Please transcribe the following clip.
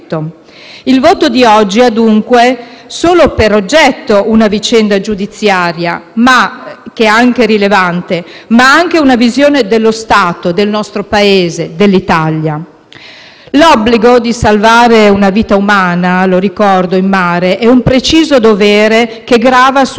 che è anche rilevante, ma anche una visione dello Stato, del nostro Paese, dell'Italia. L'obbligo di salvare una vita umana in mare - lo ricordo - è un preciso dovere che grava su ogni Stato e su qualsiasi altra norma. L'Italia ha aderito alle convenzioni internazionali che regolano